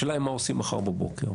השאלה היא מה עושים מחר בבוקר,